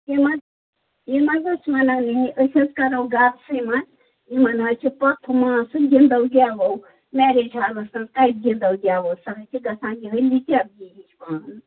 یِم حظ یِم حظ ٲسۍ ونان یہ أسۍ حظ کَرو گرسٕے منٛز یِمن حظ چھِ پۄپھٕ ماسہٕ گِنٛدو گٮ۪وو میریج حالس منٛز کَتہِ گِنٛدو گٮ۪وو سُہ حظ چھِ گژھان یہَے لِچڑگی ہِش پہن